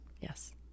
Yes